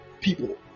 people